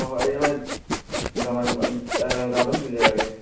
ꯍꯣꯏ ꯍꯣꯏ ꯑꯩ ꯍꯣꯔꯦꯟ ꯅꯨꯡꯗꯥꯡꯋꯥꯏꯔꯝ ꯅꯨꯡꯗꯥꯡ ꯑꯗꯨꯝ ꯊꯤꯟꯖꯔꯛꯑꯒꯦ